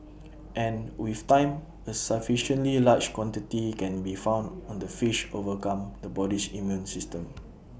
and with time A sufficiently large quantity can be found on the fish overcome the body's immune system